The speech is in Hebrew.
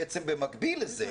במקביל לזה,